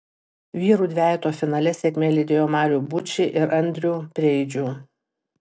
vyrų dvejeto finale sėkmė lydėjo marių bučį ir andrių preidžių